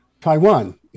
Taiwan